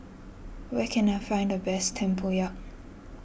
where can I find the best Tempoyak